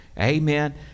Amen